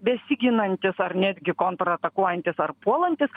besiginantis ar netgi kontratakuojantis ar puolantis